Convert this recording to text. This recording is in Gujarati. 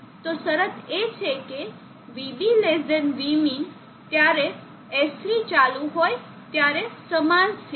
તો શરત એ છે કે VB Vmin ત્યારે S3 ચાલુ હોય ત્યારે સમાન સ્થિતિ